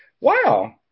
Wow